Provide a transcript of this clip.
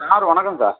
sir வணக்கம் sir